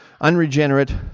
unregenerate